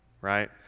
right